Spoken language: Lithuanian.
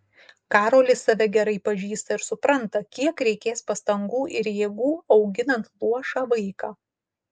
karolis save gerai pažįsta ir supranta kiek reikės pastangų ir jėgų auginant luošą vaiką